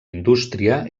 indústria